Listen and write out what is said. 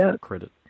credit